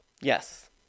Yes